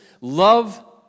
Love